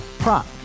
Prop